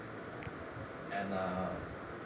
and err